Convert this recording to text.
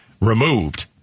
removed